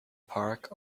park